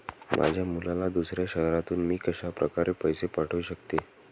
माझ्या मुलाला दुसऱ्या शहरातून मी कशाप्रकारे पैसे पाठवू शकते?